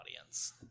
audience